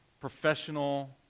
professional